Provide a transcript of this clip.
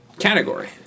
category